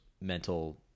mental